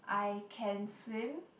I can swim